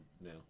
no